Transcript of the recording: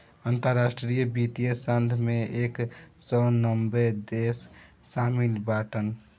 अंतरराष्ट्रीय वित्तीय संघ मे एक सौ नब्बे देस शामिल बाटन